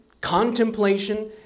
contemplation